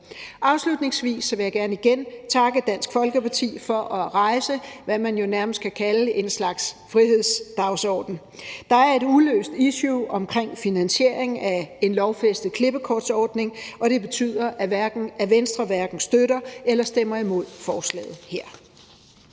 Afslutningsvis vil jeg gerne igen takke Dansk Folkeparti for at rejse, hvad man jo nærmest kan kalde en slags frihedsdagsorden. Der er dog et uløst issue omkring finansiering af en lovfæstet klippekortordning, og det betyder, at Venstre hverken støtter eller stemmer imod forslaget her.